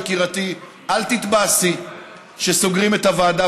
יקירתי: אל תתבאסי שסוגרים את הוועדה,